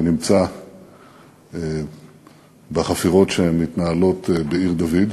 זה נמצא בחפירות שמתנהלות בעיר-דוד.